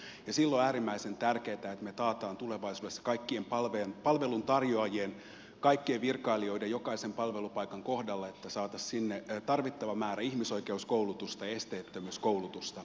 silloin on äärimmäisen tärkeätä että me takaamme tulevaisuudessa kaikkien palveluntarjoajien kaikkien virkailijoiden jokaisen palvelupaikan kohdalla että saataisiin sinne tarvittava määrä ihmisoikeuskoulutusta esteettömyyskoulusta